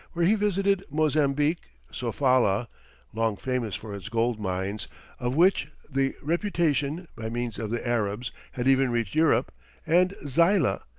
where he visited mozambique, sofala long famous for its gold-mines, of which the reputation, by means of the arabs, had even reached europe and zeila,